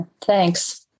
Thanks